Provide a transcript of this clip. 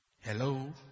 Hello